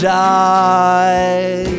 die